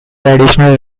additional